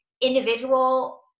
individual